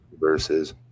versus